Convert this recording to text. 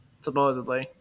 Supposedly